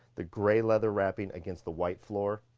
the gray leather wrapping against the white floor.